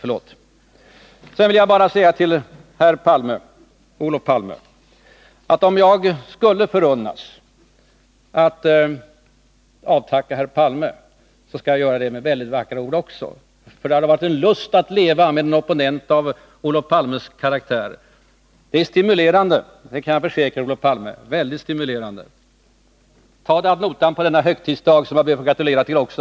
Sedan vill jag bara säga till Olof Palme att om det skulle förunnas mig att avtacka Olof Palme, så skall jag också göra det med väldigt vackra ord. Det har varit en lust att leva med en opponent av Olof Palmes karaktär. Det är väldigt stimulerande, det kan jag försäkra Olof Palme. Tag detta ad notam på denna högtidsdag, som jag ber att få gratulera till också!